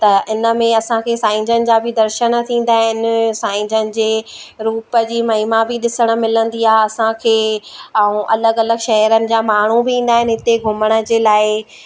त इन में असांखे साईं जन जा बि दर्शन थींदा आहिनि साईं जन जे रूप जी महिमा बि ॾिसणु मिलंदी आहे असांखे ऐं अलॻि अलॻि शहरनि जा माण्हू बि ईंदा आहिनि हिते घुमण जे लाइ